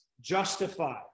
justify